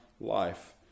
life